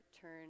turn